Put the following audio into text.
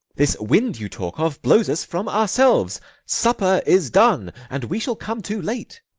this wind you talk of blows us from ourselves supper is done, and we shall come too late.